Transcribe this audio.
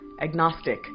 agnostic